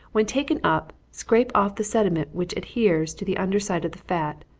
when taken up, scrape off the sediment which adheres to the under side of the fat,